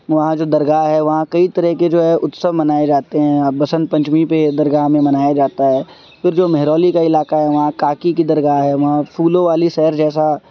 وہاں جو درگاہ ہے وہاں کئی طرح کے جو ہے اتسو منائے جاتے ہیں آپ بسنت پنچمی پہ درگاہ میں منایا جاتا ہے پھر جو مہرولی کا علاقہ ہے وہاں کاکی کی درگاہ ہے وہاں پھولوں والی سہر جیسا